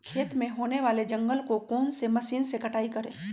खेत में होने वाले जंगल को कौन से मशीन से कटाई करें?